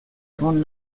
egon